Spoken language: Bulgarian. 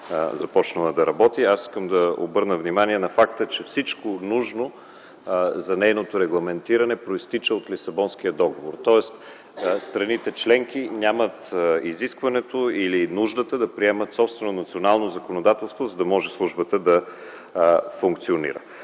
започнала да работи. Искам да обърна внимание на факта, че всичко нужно за нейното регламентиране произтича от Лисабонския договор. Тоест страните членки нямат изискването или нуждата да приемат собствено национално законодателство, за да може службата да функционира.